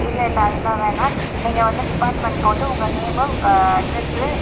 இல்லை இல்லை அதெல்லாம் வேணால் நீங்கள் வந்து டிபார்ட்மென்ட் போட்டு உங்கள் நேமு உங்கள் அட்ரஸ்சு